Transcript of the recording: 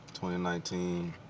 2019